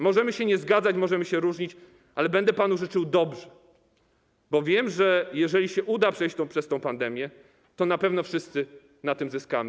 Możemy się nie zgadzać, możemy się różnić, ale będę panu życzył dobrze, bo wiem, że jeżeli się uda przejść przez tę pandemię, to na pewno wszyscy na tym zyskamy.